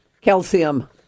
calcium